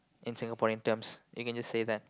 in Singaporean terms you can see that